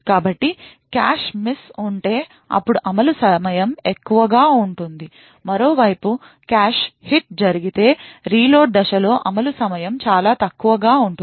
కాబట్టి cache miss ఉంటే అప్పుడు అమలు సమయం ఎక్కువగా ఉంటుంది మరో వైపు కాష్ హిట్ జరిగితే రీలోడ్ దశలో అమలు సమయం చాలా తక్కువగా ఉంటుంది